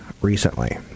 recently